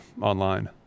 online